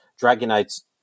Dragonite's